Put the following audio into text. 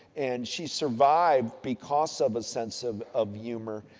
and, she survived because of a sense of of humor.